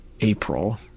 april